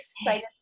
excited